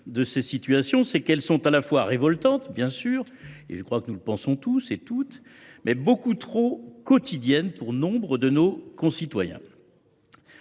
de ces situations, c’est qu’elles sont à la fois révoltantes, bien sûr – je crois que nous le pensons tous –, et beaucoup trop quotidiennes pour nombre de nos concitoyens.